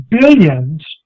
billions